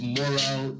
moral